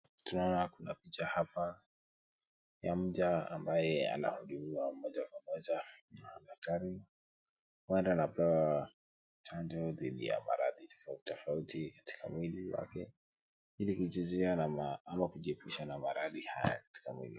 Tunaona kwa picha hapa, ya mja ambaye anahudumiwa moja kwa moja na daktari . Huenda anapewa chanjo dhidi ya maradhi tofauti tofauti katika mwili wake Ili kujizuia ama kujiepusha na maradhi haya katika mwili.